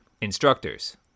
instructors